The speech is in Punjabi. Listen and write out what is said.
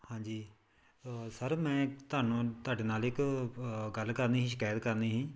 ਹਾਂਜੀ ਸਰ ਮੈਂ ਤੁਹਾਨੂੰ ਤੁਹਾਡੇ ਨਾਲ ਇੱਕ ਗੱਲ ਕਰਨੀ ਸੀ ਸ਼ਿਕਾਇਤ ਕਰਨੀ ਸੀ